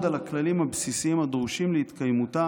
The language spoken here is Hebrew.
על הכללים הבסיסיים הדרושים להתקיימותה